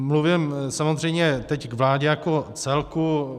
Mluvím samozřejmě teď k vládě jako celku.